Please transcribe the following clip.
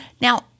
Now